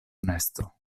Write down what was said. nesto